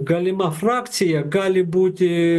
galima frakcija gali būti